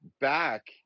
back